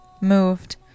moved